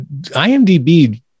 IMDb